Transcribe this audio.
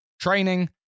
training